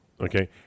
Okay